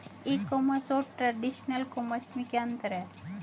ई commerce और traditional commerce में क्या अंतर है?